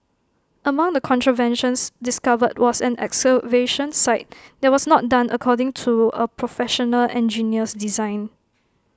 among the contraventions discovered was an excavation site that was not done according to A Professional Engineer's design